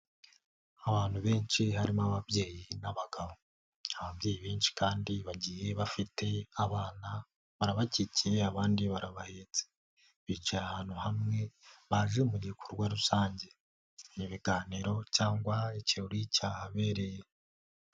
Abantu benshi harimo ababyeyi n'abagabo. Ababyeyi benshi kandi bagiye bafite abana barabakikiye abandi barabahetse bicaye ahantu hamwe baje mu gikorwa rusange, ibiganiro cyangwa ikirori cyahabereye.